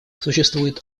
существует